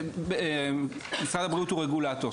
משרד הבריאות הוא רגולטור,